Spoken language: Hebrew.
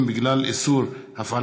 מצבה של האוכלוסייה הדרוזית וצעיריה בפרט,